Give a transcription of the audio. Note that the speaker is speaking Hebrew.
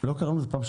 מה זה "קרוב שלוב"?